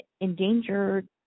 endangered